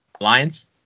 Lions